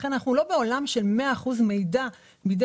לכן אנחנו לא בעולם של מאה אחוזים מידע בידי